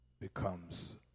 becomes